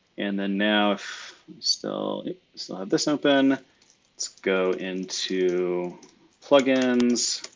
and then now if still have this open let's go into plugins